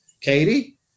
Katie